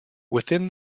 within